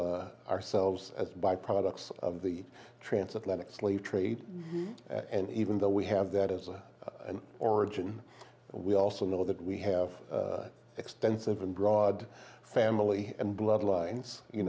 of ourselves as by products of the transatlantic slave trade and even though we have that as an origin we also know that we have extensive and broad family and bloodlines you